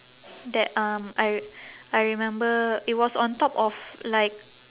that um I I remember it was on top of like